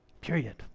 period